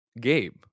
Gabe